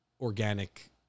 organic